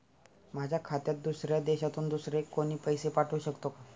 माझ्या खात्यात दुसऱ्या देशातून दुसरे कोणी पैसे पाठवू शकतो का?